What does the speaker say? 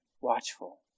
watchful